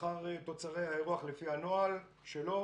אחר תוצרי האירוח לפי הנוהל שלו,